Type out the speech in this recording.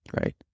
Right